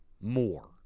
more